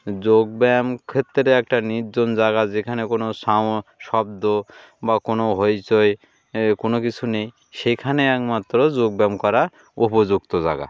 যোগব্যায়াম ক্ষেত্রে একটা নির্জন জায়গা যেখানে কোনো সাও শব্দ বা কোনো হইচয় কোনো কিছু নেই সেখানে একমাত্র যোগব্যায়াম করা উপযুক্ত জায়গা